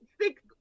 six